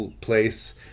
place